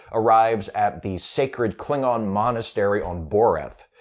arrives at the sacred klingon monastery on boreth.